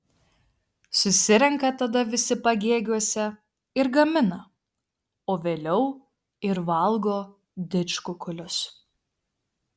susirenka tada visi pagėgiuose ir gamina o vėliau ir valgo didžkukulius